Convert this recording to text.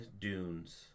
Dunes